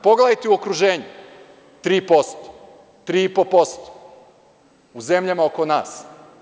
Pogledajte u okruženju, 3%, 3,5% u zemljama oko nas.